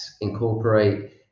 incorporate